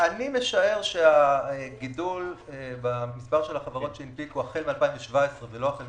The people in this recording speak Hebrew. אני משער שהגידול במספר החברות שהנפקיו החל מ-2017 ולא החל מ-2018,